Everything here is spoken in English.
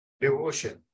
devotion